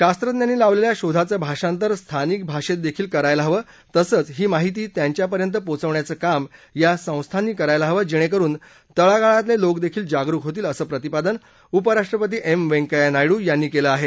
शास्त्रज्ञांनी लावलेल्या शोधाचं भाषांतर स्थानिक भाषेत देखील करायला हवं तसंच ही माहिती त्यांच्यापर्यंत पोचवण्याचं काम या संस्थांनी करायला हवं जेणेकरुन तळागाळातले लोकदेखील जागरुक होतील असं प्रतिपादन उपराष्ट्रपती एम वैंकय्या नायडू यांनी केलं आहे